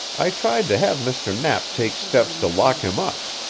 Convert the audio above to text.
i tried to have mr. knapp take steps to lock him up.